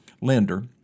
lender